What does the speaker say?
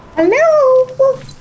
Hello